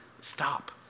Stop